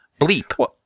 bleep